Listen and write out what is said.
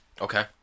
Okay